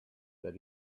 that